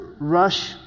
rush